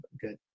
good